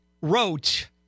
wrote